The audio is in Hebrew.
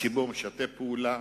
הציבור משתף פעולה,